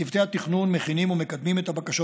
צוותי התכנון מכינים ומקדמים את הבקשות